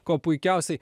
kuo puikiausiai